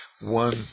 one